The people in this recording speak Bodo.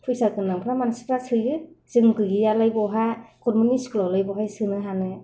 फैसा गोनांफ्रा मानसिफ्रा सोयो जों गैयियालाय बहा गभर्नमेन्त स्कुल आवलाय बहाय सोनो हानो